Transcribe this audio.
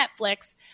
Netflix